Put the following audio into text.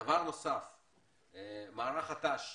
דבר נוסף הוא מערך הת"ש.